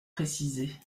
précisée